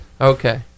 Okay